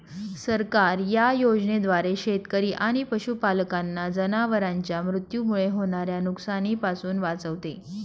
सरकार या योजनेद्वारे शेतकरी आणि पशुपालकांना जनावरांच्या मृत्यूमुळे होणाऱ्या नुकसानीपासून वाचवते